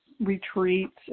retreats